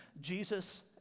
Jesus